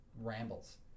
rambles